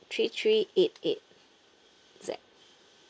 three three eight eight Z